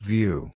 View